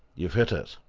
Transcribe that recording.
you've hit it!